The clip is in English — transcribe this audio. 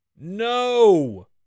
No